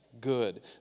good